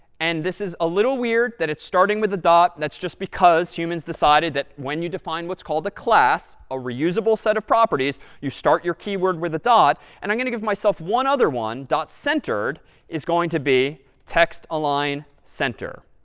and this is a little weird that it's starting with a dot. that's just because humans decided that when you define what's called a class, a reuseable set of properties, you start your keyword with a dot. and i'm going to give myself one other one. centered is going to be text-align center.